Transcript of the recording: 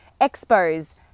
expos